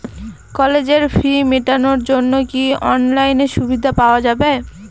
কলেজের ফি মেটানোর জন্য কি অনলাইনে সুবিধা পাওয়া যাবে?